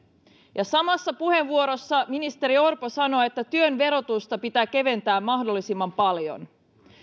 ja samassa puheenvuorossa ministeri orpo sanoi että työn verotusta pitää keventää mahdollisimman paljon